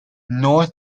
nor